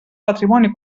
patrimoni